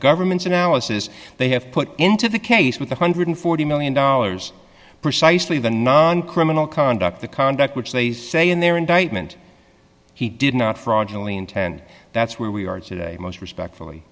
government's analysis they have put into the case with one hundred and forty million dollars precisely the non criminal conduct the conduct which they say in their indictment he did not fraudulent intend that's where we are today most respectfully